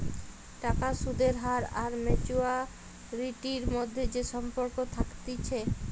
টাকার সুদের হার আর ম্যাচুয়ারিটির মধ্যে যে সম্পর্ক থাকতিছে